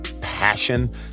passion